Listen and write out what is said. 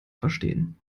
verstehen